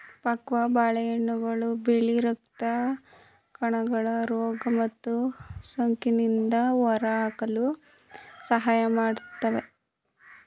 ಪಕ್ವ ಬಾಳೆಹಣ್ಣುಗಳು ಬಿಳಿ ರಕ್ತ ಕಣಗಳು ರೋಗ ಮತ್ತು ಸೋಂಕಿನಿಂದ ಹೋರಾಡಲು ಸಹಾಯ ಮಾಡುತ್ವೆ